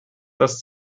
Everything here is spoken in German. das